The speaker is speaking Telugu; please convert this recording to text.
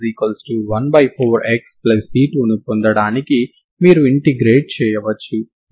కాబట్టి మీరు అలా వ్రాస్తే సరిహద్దు విలువ కలిగిన సమస్య ప్రారంభ విలువ కూడా కలిగిన సమస్య అవుతుంది